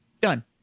done